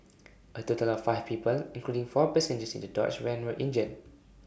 A total of five people including four passengers in the dodge van were injured